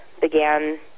began